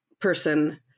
person